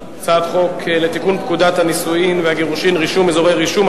הצעת חוק לתיקון פקודת הנישואין והגירושין (רישום) (אזורי רישום),